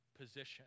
position